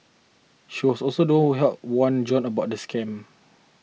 she was also the one who helped warn John about the scam